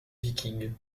vikings